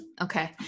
Okay